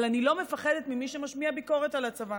אבל אני לא מפחדת ממי שמשמיע ביקורת על הצבא